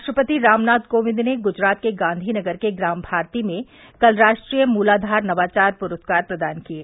राष्ट्रपति रामनाथ कोविंद ने गुजरात के गांधीनगर के ग्राम भारती में कल राष्ट्रीय मूलाधार नवाचार पुरस्कार प्रदान किये